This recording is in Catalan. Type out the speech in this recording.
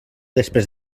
després